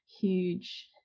huge